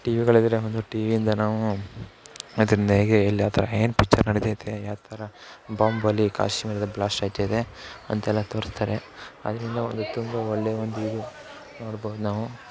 ಟಿವಿಗಳಿದ್ದರೆ ಒಂದು ಟಿವಿಯಿಂದ ನಾವು ಅದರಿಂದ ಹೇಗೆ ಎಲ್ಲಿ ಆ ಥರ ಏನು ಪಿಚ್ಚರ್ ನಡಿತೈತೆ ಯಾವ ಥರ ಬಾಂಬಲ್ಲಿ ಕಾಶ್ಮೀರ ಬ್ಲಾಸ್ಟ್ ಆಯ್ತದೆ ಅಂತೆಲ್ಲ ತೋರ್ಸ್ತಾರೆ ಅದರಿಂದ ಒಂದು ತುಂಬ ಒಳ್ಳೆ ಒಂದು ಇದು ನೋಡ್ಬೋದು ನಾವು